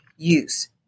use